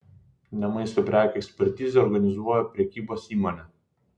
ne maisto prekių ekspertizę organizuoja prekybos įmonė